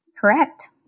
Correct